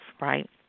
right